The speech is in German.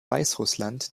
weißrussland